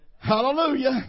Hallelujah